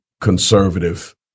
conservative